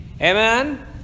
Amen